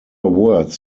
words